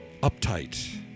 uptight